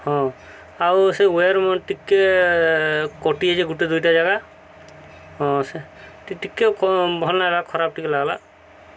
ହଁ ଆଉ ସେ ୱାୟାର୍ ଟିକେ କଟିଯାଇଛି ଗୁଟେ ଦୁଇଟା ଜାଗା ହଁ ସେ ଟିକେ ଟିକେ ଭଲ ଲାଗଲା ଖରାପ ଟିକେ ଲାଗଲା